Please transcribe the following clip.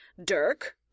Dirk